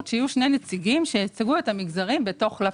שיהיו שני נציגים שייצגו את הנציגים בלפ"ם.